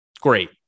Great